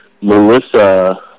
Melissa